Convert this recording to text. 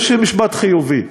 יש משפט חיובי,